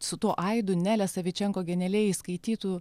su tuo aidu nelė savičenko genialiai įskaitytu